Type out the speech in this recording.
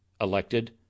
elected